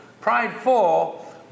prideful